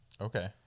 Okay